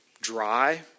dry